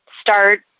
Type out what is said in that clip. Start